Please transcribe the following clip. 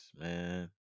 man